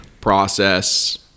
process